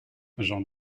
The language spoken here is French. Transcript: j’en